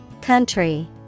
Country